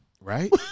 Right